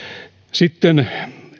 sitten